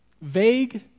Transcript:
vague